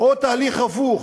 או תהליך הפוך